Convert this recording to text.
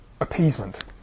appeasement